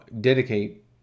dedicate